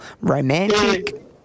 romantic